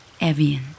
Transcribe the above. Evian